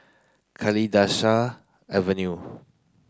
Kalidasa Avenue